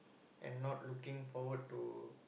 and not looking forward to